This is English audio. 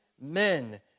men